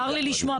מוזר לי לשמוע.